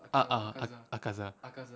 a'ah ak~ akaza